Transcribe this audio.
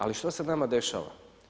Ali što se nama dešava?